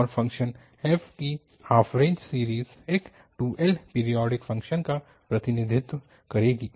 और function f की half range series एक 2L पीरियोडिक फ़ंक्शन का प्रतिनिधित्व करेगी